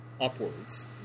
upwards